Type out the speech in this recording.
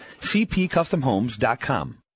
cpcustomhomes.com